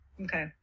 Okay